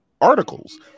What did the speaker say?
articles